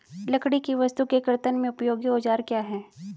लकड़ी की वस्तु के कर्तन में उपयोगी औजार क्या हैं?